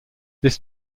this